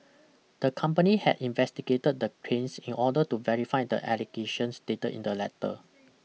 the company had investigated the claims in order to verify the allegations stated in the letter